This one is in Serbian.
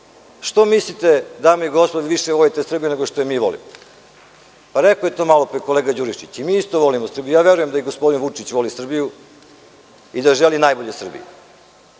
Što mislite, dame i gospodo, da više volite Srbiju od nas? Rekao je to malo pre kolega Đurišić. I mi isto volimo Srbiju. Verujem da i gospodin Vučić voli Srbiju i da želi najbolje Srbiji.